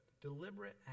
deliberate